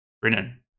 Brennan